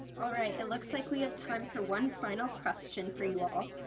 alright, it looks like we have time for one final question for you all. um,